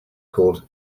called